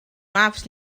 maps